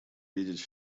видеть